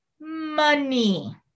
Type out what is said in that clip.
money